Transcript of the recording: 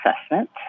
assessment